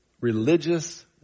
religious